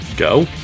Go